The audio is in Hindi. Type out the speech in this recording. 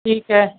ठीक है